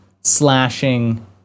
slashing